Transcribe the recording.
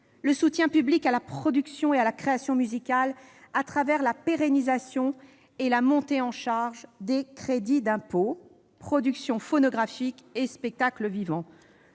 le soutien public à la production et à la création musicales, à travers la pérennisation et la montée en charge des crédits d'impôt production phonographique et spectacle vivant.